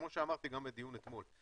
זה כמו שאמרתי גם בדיון אתמול,